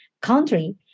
country